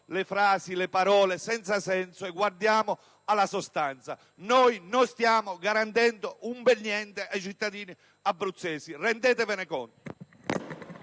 le parole senza senso e guardiamo alla sostanza: non stiamo garantendo un bel niente ai cittadini abruzzesi, rendetevene conto!